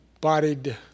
bodied